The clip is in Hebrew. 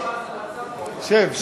זה לא גב האומה, זה מצב האומה.